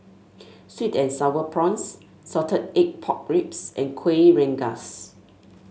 sweet and sour prawns Salted Egg Pork Ribs and Kuih Rengas